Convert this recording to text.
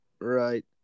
Right